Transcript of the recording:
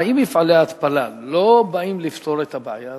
האם מפעלי ההתפלה לא באים לפתור את הבעיה הזאת?